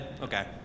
Okay